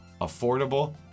affordable